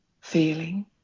feeling